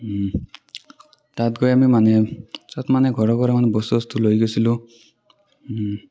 তাত গৈ আমি মানে পিছত মানে ঘৰে ঘৰে মানে বস্তু চস্তু লৈ গৈছিলোঁ